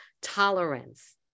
Tolerance